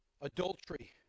adultery